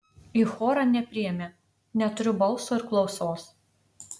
į chorą nepriėmė neturiu balso ir klausos